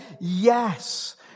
yes